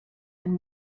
ein